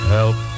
Help